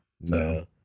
No